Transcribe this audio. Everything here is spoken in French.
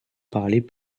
parlées